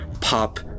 pop